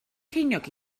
ceiniog